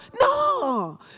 no